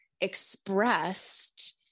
expressed